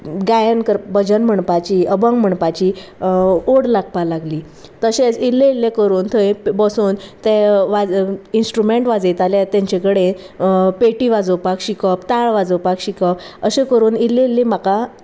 गायन कर भजन म्हणपाची अभंग म्हणपाची ओड लागपाक लागली तशेंच इल्लें इल्लें करून थंय बसून तें वा इंस्ट्रुमेंट वाजयताले तेंचे कडेन पेटी वाजोवपाक शिकप ताळ वाजोवपाक शिकप अशें करून इल्ली इल्लीं म्हाका